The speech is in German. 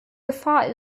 gefahr